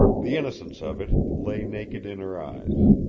the innocence of it lay naked in her eyes.